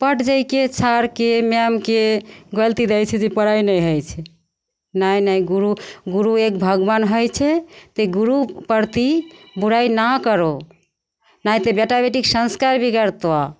पट्ट दैके सरके मैमके गलती दै छथिन पढ़ाइ नहि होइ छै नहि नहि गुरु गुरु एक भगवान होइ छै गुरु प्रति बुराइ नहि करहो नहि तऽ बेटा बेटीके सँस्कार बिगड़तऽ